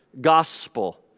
gospel